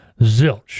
zilch